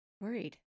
worried